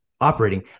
operating